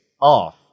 off